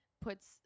puts